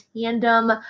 tandem